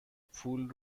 پول